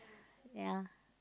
ya